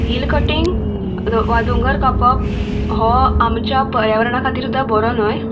hill cutting वा दोंगर कापप हो आमच्या पर्यावरणा खातीर सुद्दां बरो न्हय